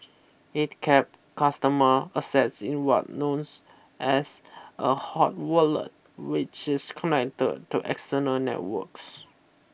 it kept customer assets in what knows as a hot wallet which is connected to external networks